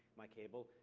my cable,